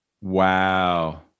Wow